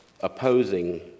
opposing